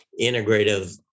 integrative